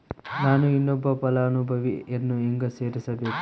ನಾನು ಇನ್ನೊಬ್ಬ ಫಲಾನುಭವಿಯನ್ನು ಹೆಂಗ ಸೇರಿಸಬೇಕು?